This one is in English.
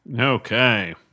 Okay